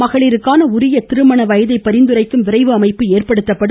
மகளிருக்கான உரிய திருமண வயதை பரிந்துரைக்கும் விரைவு அமைப்பு ஏற்படுத்தப்படும்